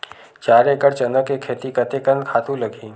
चार एकड़ चना के खेती कतेकन खातु लगही?